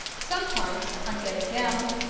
sometimes, on getting down,